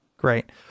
great